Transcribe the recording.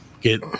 get